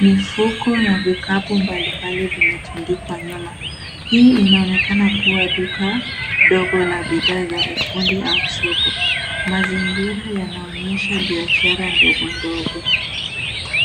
Mifuko na vikapu mbali mbali vimetundikwa nyuma. Hii inaonekana kuwa duka dogo la bidhaa ya ufundi au soko. Mazingira yanaonyesha biashara ndogo ndogo.